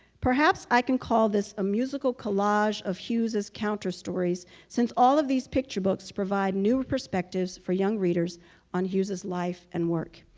perhaps i can call this a musical collage of hughes counterstories since all of these picture books provide new perspectives for young readers on hughes's life and work.